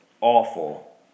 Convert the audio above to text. awful